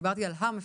דיברתי על המפנים.